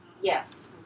Yes